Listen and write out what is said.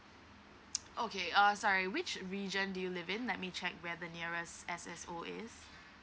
okay err sorry which region do you live in let me check where the nearest S S O is